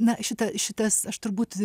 na šitą šitas aš turbūt